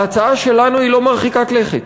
ההצעה שלנו אינה מרחיקת לכת.